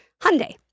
Hyundai